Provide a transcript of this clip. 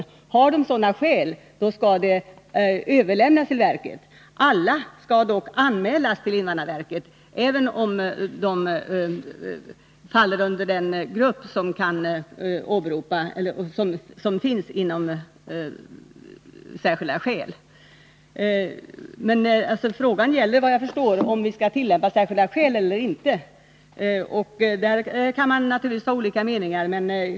Föreligger sådana starkare skäl skall deras ärenden överlämnas till invandrarverket. Alla ärenden skall anmälas till invandrarverket, även om de gäller den grupp för vilken särskilda skäl kan åberopas. Frågan gäller — såvitt jag förstår — om särskilda skäl skall tillämpas eller inte. Därom kan man naturligtvis ha olika meningar.